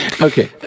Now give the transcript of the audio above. Okay